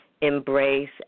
embrace